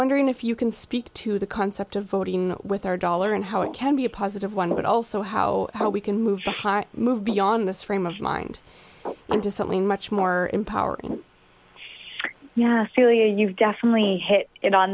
wondering if you can speak to the concept of voting with our dollar and how it can be a positive one but also how we can move move beyond this frame of mind into something much more empowering celia you've definitely hit it on